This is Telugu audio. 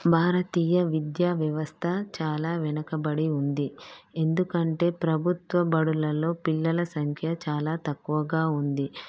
భారతీయ విద్యావ్యవస్థ చాలా వెనకబడి ఉంది ఎందుకంటే ప్రభుత్వ బడులలో పిల్లల సంఖ్య చాలా తక్కువగా ఉంది